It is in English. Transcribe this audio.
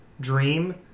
dream